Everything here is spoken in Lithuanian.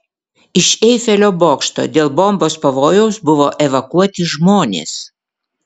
iš eifelio bokšto dėl bombos pavojaus buvo evakuoti žmonės